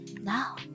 now